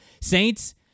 Saints